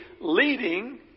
leading